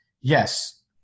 yes